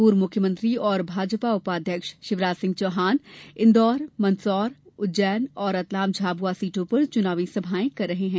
पूर्व मुख्यमंत्री और भाजपा उपाध्यक्ष शिवराज सिंह चौहान इन्दौर मंदसौर उज्जैन और रतलाम झाबुआ सीटों पर चुनावी सभाएं कर रहे हैं